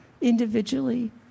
individually